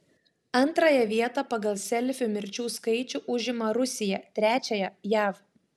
antrąją vietą pagal selfių mirčių skaičių užima rusija trečiąją jav